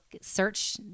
search